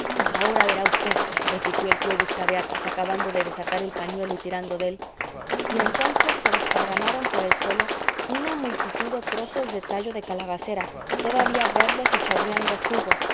ahora verá v repitió el tío buscabeatas acabando de desatar el pañuelo y tirando de él y entonces se desparramaron por el suelo una multitud de trozos de tallo de calabacera todavía verdes y chorreando jugo